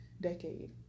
decade